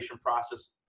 process